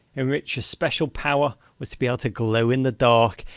in which your special power was to be able to glow in the dark.